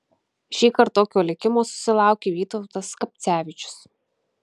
šįkart tokio likimo susilaukė vytautas skapcevičius